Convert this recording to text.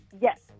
Yes